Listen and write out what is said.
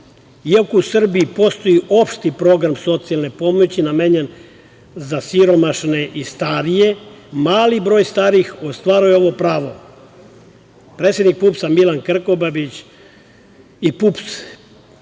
Iako u Srbiji postoji opšti program socijalne pomoći namenjen za siromašne i starije, mali broj starijih ostvaruje ovo pravo. Predsednik PUPS-a Milan Krkobabić i PUPS